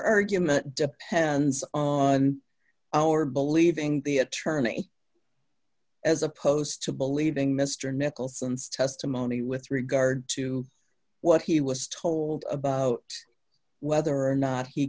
argument depends on our believing the attorney as opposed to believing mr nicholson's testimony with regard to what he was told about whether or not he